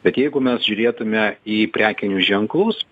bet jeigu mes žiūrėtume į prekinius ženklus